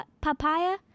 papaya